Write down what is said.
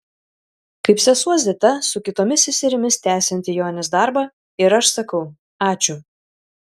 kaip sesuo zita su kitomis seserimis tęsianti jonės darbą ir aš sakau ačiū